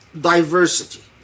diversity